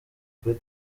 kuri